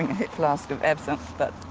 hip flask of absinthe, but.